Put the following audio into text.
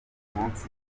munsi